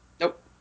Nope